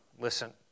listen